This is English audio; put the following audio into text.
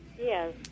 Yes